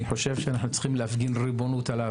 אני חושב שאנחנו צריכים להפגין ריבונות על הר